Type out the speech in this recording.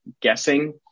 guessing